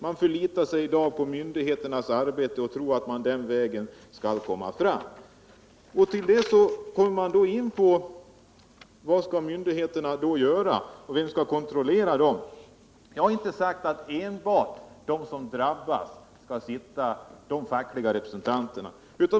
Man förlitar sig på myndigheternas arbete och tror man kommer fram den vägen. Men vad skall myndigheterna då göra, och vem skall kontrollera dem? Jag har inte sagt att enbart de som drabbas skall sitta med i styrelsen.